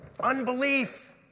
unbelief